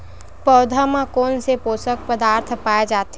पौधा मा कोन से पोषक पदार्थ पाए जाथे?